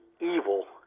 evil